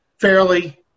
fairly